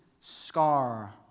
scar